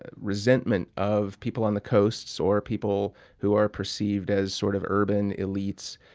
ah resentment of people on the coasts or people who are perceived as sort of urban elites